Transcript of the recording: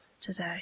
today